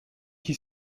qui